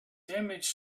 damage